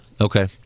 Okay